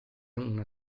una